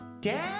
Dad